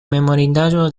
memorindaĵo